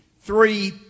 three